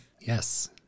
Yes